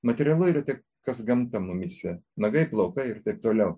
materialu yra tik kas gamta mumyse nagai plaukai ir taip toliau